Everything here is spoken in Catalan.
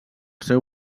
seu